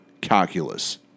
calculus